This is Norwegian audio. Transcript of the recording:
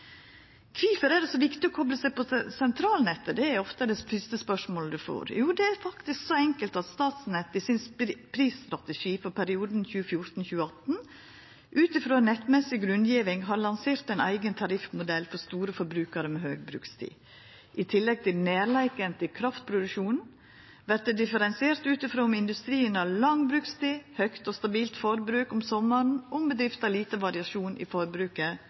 Kvifor er det så viktig å kopla seg på sentralnettet? Det er ofte det første spørsmålet du får. Jo, det er faktisk så enkelt at Statnett i sin prisstrategi for perioden 2014–2018 ut frå nettmessig grunngjeving har lansert ein eigen tariffmodell for store forbrukarar med høg brukstid. I tillegg til nærleiken til kraftproduksjonen vert det differensiert ut frå om industrien har lang brukstid, høgt og stabilt forbruk om sommaren, og om bedrifta har lite variasjon i forbruket